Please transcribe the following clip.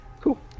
cool